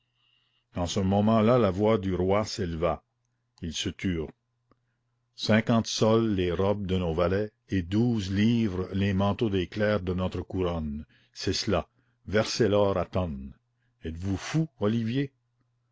en ce moment la voix du roi s'éleva ils se turent cinquante sols les robes de nos valets et douze livres les manteaux des clercs de notre couronne c'est cela versez l'or à tonnes êtes-vous fou olivier